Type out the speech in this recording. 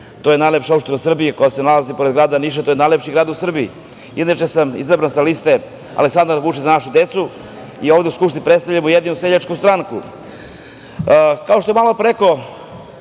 to je najlepša opština u Srbiji, koja se nalazi pored grada Niša, to je najlepši grad u Srbiji. inače sam izabran sa liste Aleksandar Vučić – Za našu decu i ovde u Skupštini predstavljan Ujedinjenu seljaku stranku. Kao što je malopre